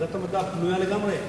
ועדת המדע פנויה לגמרי,